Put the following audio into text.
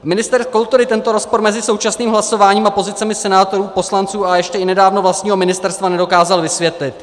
Ministr kultury tento rozpor mezi současným hlasováním a pozicemi senátorů, poslanců a ještě i nedávno vlastního ministerstva nedokázal vysvětlit.